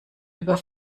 über